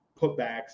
putbacks